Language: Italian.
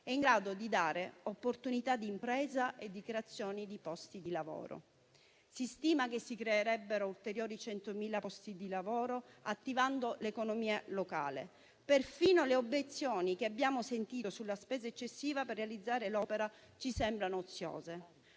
e in grado di dare opportunità di impresa e di creazione di posti di lavoro. Si stima che si creerebbero ulteriori 100.000 posti di lavoro attivando l'economia locale. Perfino le obiezioni che abbiamo sentito sulla spesa eccessiva per realizzare l'opera ci sembrano oziose.